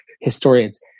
historians